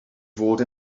fod